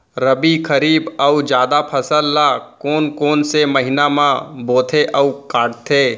रबि, खरीफ अऊ जादा फसल ल कोन कोन से महीना म बोथे अऊ काटते?